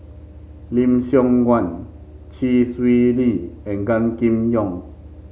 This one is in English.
Lim Siong Guan Chee Swee Lee and Gan Kim Yong